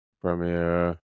Premier